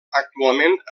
actualment